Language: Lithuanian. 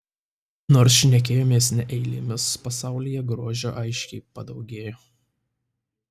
nors šnekėjomės ne eilėmis pasaulyje grožio aiškiai padaugėjo